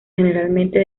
generalmente